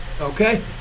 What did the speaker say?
Okay